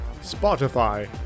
Spotify